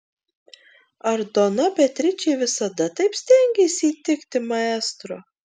ar dona beatričė visada taip stengėsi įtikti maestro